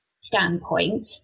standpoint